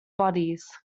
bodies